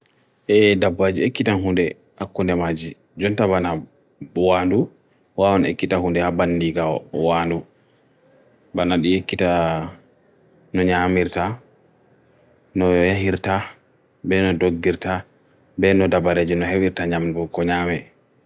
ʻe dābāji ʻe kitā hundi ʻakundi ʻajī. ʻjuntabana buwānu ʻuāun ʻe kitā hundi ʻabani ʻi gawo wānu. ʻbana ʻe kitā ʻnonyā ʻmirta ʻnoye ʻhirta ʻbenu ʻdokgirta ʻbenu ʻdabare jino ʻheirta ʻnyamun bu konyāme.